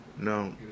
No